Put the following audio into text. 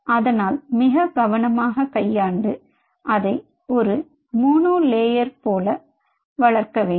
அதனால் மிக கவனமாக கையாண்டு அதை ஒரு மோனோலயர் போன்று வளர்க்க வேண்டும்